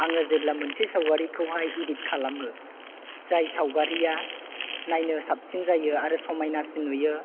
आङो जेब्ला मोनसे सावगारिखौहाय इदित खालामो जाय सावगारिया नायनो साबसिन जायो आरो समायनासिन नुयो